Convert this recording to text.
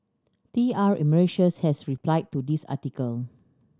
T R Emeritus has replied to this article